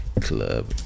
Club